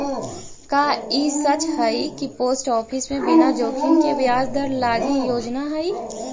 का ई सच हई कि पोस्ट ऑफिस में बिना जोखिम के ब्याज दर लागी योजना हई?